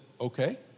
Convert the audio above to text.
okay